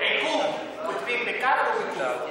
"עיכוב" כותבים בכ"ף או בקו"ף?